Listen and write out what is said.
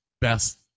best